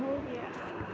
हो गया अब